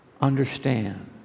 understand